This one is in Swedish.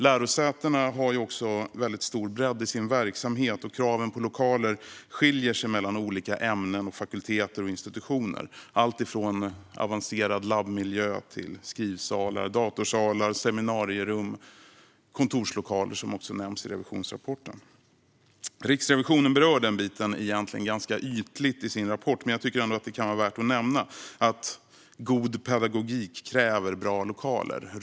Lärosätena har också väldigt stor bredd i sin verksamhet, och kraven på lokaler skiljer sig mellan olika ämnen, fakulteter och institutioner - allt från avancerad labbmiljö till skrivsalar, datorsalar, seminarierum och kontorslokaler, som också nämns i revisionsrapporten. Riksrevisionen berör egentligen den biten ganska ytligt i sin rapport. Men jag tycker ändå att det kan vara värt att nämna att god pedagogik kräver bra lokaler.